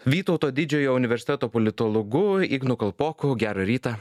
vytauto didžiojo universiteto politologu ignu kalpoku gerą rytą